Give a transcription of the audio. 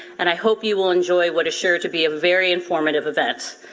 and i hope you will enjoy what is sure to be a very informative event.